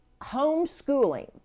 homeschooling